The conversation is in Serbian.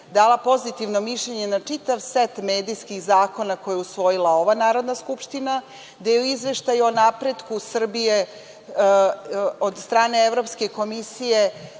dala pozitivno mišljenje na čitav set medijskih zakona koje je usvojila ova Narodna skupština. Da je u izveštaju o napretku Srbije od strane Evropske komisije